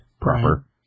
proper